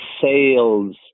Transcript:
sales